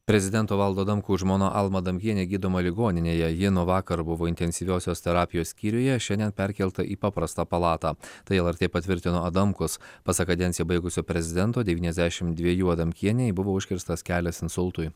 prezidento valdo adamkaus žmona alma adamkienė gydoma ligoninėje ji nuo vakar buvo intensyviosios terapijos skyriuje šiandien perkelta į paprastą palatą tai lrt patvirtino adamkus pasak kadenciją baigusio prezidento devyniasdešim dviejų adamkienei buvo užkirstas kelias insultui